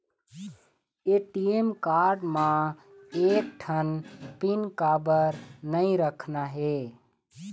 ATM card म एक ठन पिन काबर नई रखना हे?